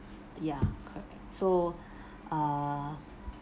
ya so uh